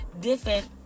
different